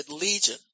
Legion